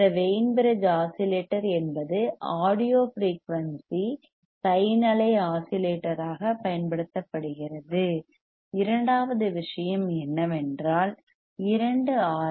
இந்த Wien bridge oscillator என்பது audio frequency sine அலை ஆஸிலேட்டராகப் பயன்படுத்தப்படுகிறது இரண்டாவது விஷயம் என்னவென்றால் இரண்டு ஆர்